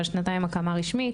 אבל שנתיים הקמה רשמית